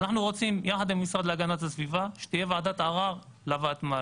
אנחנו רוצים יחד עם המשרד להגנת הסביבה שתהיה ועדת ערר לוותמ"ל,